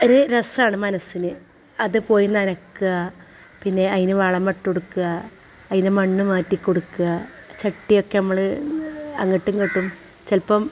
ഒരു രസമാണ് മനസ്സിന് അതു പോയി നനക്കുക പിന്നെ അതിനു വളം ഇട്ട് കൊടുക്കുക അതിനു മണ്ണു മാറ്റി കൊടുക്കുക ചട്ടിയൊക്കെ നമ്മൾ അങ്ങോട്ടും ഇങ്ങോട്ടും ചിലപ്പം